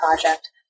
project